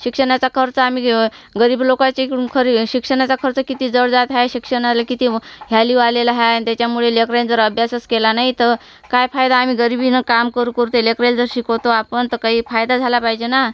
शिक्षणाचा खर्च आम्ही घेव गरीब लोकाचे खरे शिक्षणाचा खर्च किती जड जात आहे शिक्षणाचा किती व् व्हॅल्यू आलेलं आहे आणि त्याच्यामुळे लेकरानं जर अभ्यासच केला नाही तर काय फायदा आहे आम्ही गरीबीनं काम करू करू त्या लेकराला जर शिकवतो आपण तर काही फायदा झाला पाहिजे ना